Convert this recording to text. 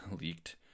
leaked